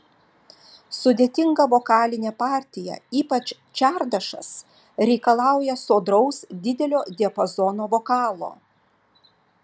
sudėtinga vokalinė partija ypač čardašas reikalauja sodraus didelio diapazono vokalo